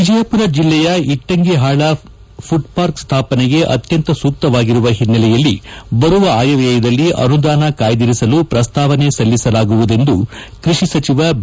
ವಿಜಯಪುರ ಜಿಲ್ಲೆಯ ಇಟ್ಟಂಗಿಹಾಳದಲ್ಲಿ ಪುಡ್ಪಾರ್ಕ್ ಸ್ಥಾಪನೆಗೆ ಅತ್ಯಂತ ಸೂಕ್ತವಾಗಿರುವ ಹಿನ್ನೆಲೆಯಲ್ಲಿ ಬರುವ ಆಯವ್ಯಯದಲ್ಲಿ ಅನುದಾನ ಕಾಯ್ದಿರಿಸಲು ಪ್ರಸ್ತಾವನೆ ಸಲ್ಲಿಸಲಾಗುವುದೆಂದು ಕೃಷಿ ಸಚಿವ ಬಿ